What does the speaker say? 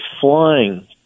flying